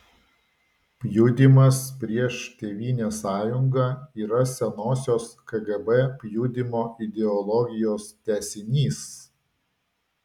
pjudymas prieš tėvynės sąjungą yra senosios kgb pjudymo ideologijos tęsinys